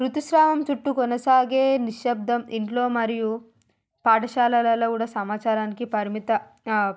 ఋతుస్రావం చుట్టు కొనసాగే నిశబ్దం ఇంట్లో మరియు పాఠశాలలో కూడా సమాచారానికి పరిమిత